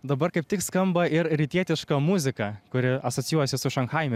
dabar kaip tik skamba ir rytietiška muzika kuri asocijuojasi su šanchajumi